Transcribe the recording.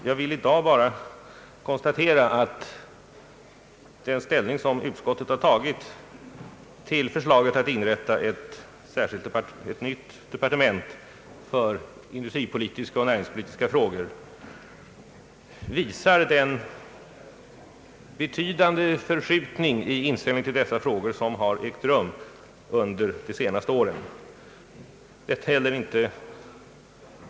Jag vill i dag bara konstatera att den ställning som utskottet har tagit till förslaget om att inrätta ett nytt departement för industripolitiska och näringspolitiska frågor visar den betydande förskjutning i inställningen till dessa frågor som har ägt rum under de senaste åren.